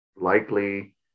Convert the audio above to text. likely